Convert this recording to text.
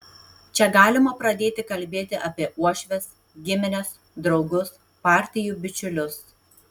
čia galima pradėti kalbėti apie uošves gimines draugus partijų bičiulius